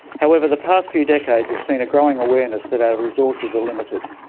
however, the past few decades have seen a growing awareness that our resources are limited.